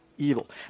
evil